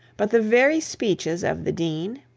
but the very speeches of the dean,